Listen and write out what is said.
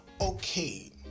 okay